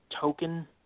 token